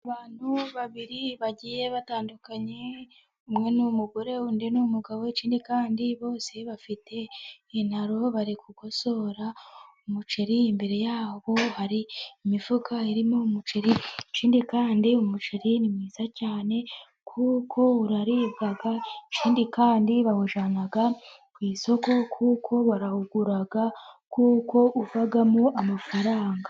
Abantu babiri bagiye batandukanye umwe n'umugore undi n'umugabo, ikindi kandi bose bafite intaro bari gukosora umuceri imbere yabo hari imifuka irimo umuceri, ikindi kandi umuceri ni mwiza cyane kuko uraribwa, ikindi kandi bawujyana ku isoko kuko barawugura kuko uvamo amafaranga.